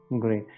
Great